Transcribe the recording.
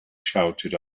shouted